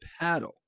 paddle